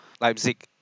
Leipzig